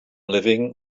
living